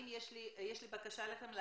יש לי בקשה אליכם,